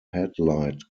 headlight